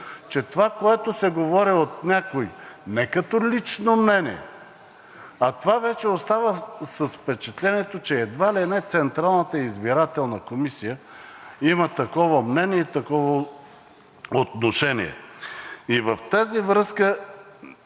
че това, което се говори от някои, е не като лично мнение, а вече остава с впечатлението, че едва ли не Централната избирателна комисия има такова мнение и такова отношение. И в тази връзка...